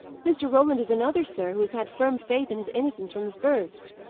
mr. roland is another, sir, who has had firm faith in his innocence from the first.